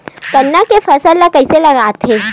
गन्ना के फसल ल कइसे लगाथे?